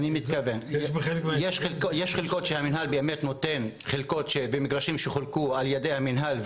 יש חלקות שהמנהל באמת נותן חלקות ומגרשים שחולקו על ידי המנהל,